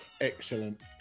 Excellent